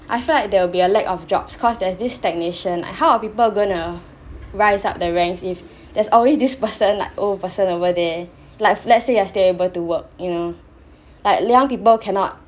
I feel like there will be a lack of jobs cause there's this technician how are people gonna rise up their ranks if there's always this person like old person over there like let's say you are still able to work you know like young people cannot